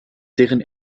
deren